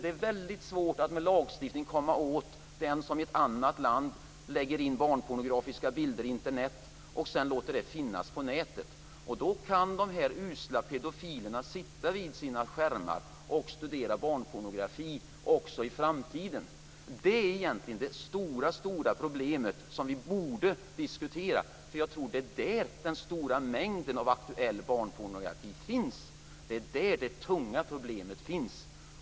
Det är väldigt svårt att med lagstiftning komma åt den som i ett annat land lägger in barnpornografiska bilder på Internet och sedan låter de finnas på nätet. Då kan de usla pedofilerna sitta vid sina skärmar och studera barnpornografi även i framtiden. Det är egentligen det stora problemet som vi borde diskutera. Jag tror att det är där som den stora mängden av aktuell barnpornografi finns. Det är där som det tunga problemet finns.